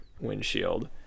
windshield